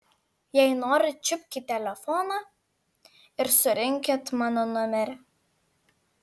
jei norit čiupkit telefoną ir surinkit mano numerį